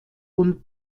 und